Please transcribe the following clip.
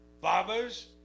Baba's